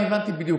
לא הבנת,